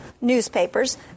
newspapers